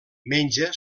menja